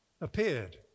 appeared